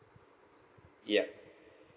yup